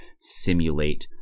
simulate